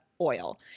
Oil